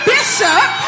Bishop